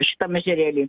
šitam ežerėly